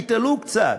תתעלו קצת,